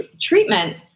treatment